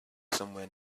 somewhere